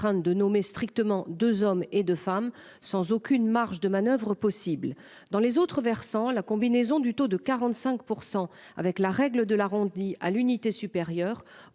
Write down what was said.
de nommer strictement 2 hommes et de femmes sans aucune marge de manoeuvre possible dans les autres versants la combinaison du taux de 45% avec la règle de l'arrondi à l'unité supérieure